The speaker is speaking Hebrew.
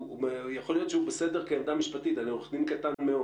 יכול להיות שהוא בסדר כעמדה משפטית אני עורך דין קטן מאוד